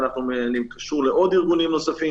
ואני קשור לארגונים נוספים